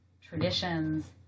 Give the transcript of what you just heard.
traditions